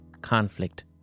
conflict